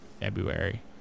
February